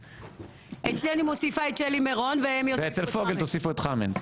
אצל פוגל תוסיפו את חמד.